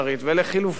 ולחלופין,